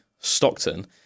Stockton